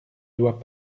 doit